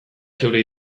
zeure